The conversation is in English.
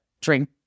drink